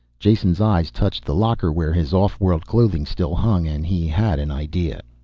jason's eyes touched the locker where his off-world clothing still hung, and he had an idea.